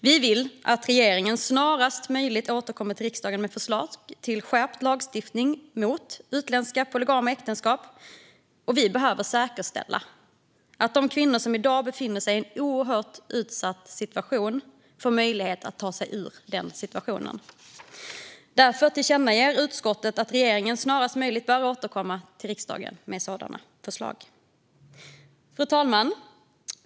Vi vill att regeringen snarast möjligt återkommer till riksdagen med ett förslag till skärpt lagstiftning mot utländska polygama äktenskap. Det behöver också säkerställas att de kvinnor som i dag befinner sig i en oerhört utsatt situation får möjlighet att ta sig ur den. Därför tillkännager utskottet att regeringen snarast möjligt bör återkomma till riksdagen med sådana förslag. Fru talman!